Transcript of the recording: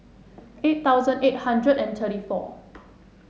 eight thousand eight hundred and thirty four